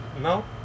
No